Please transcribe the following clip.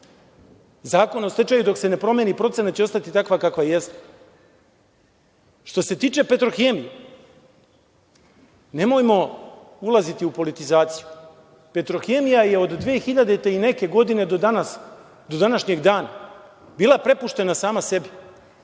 Zakon o stečaju, dok se ne promeni procena, će ostati takav kakav jeste. Što se tiče „Petrohemije“, nemojmo ulaziti u politizaciju. „Petrohemija“ je od 2000. i neke godine do danas, današnjeg dana bila prepuštena sama sebi.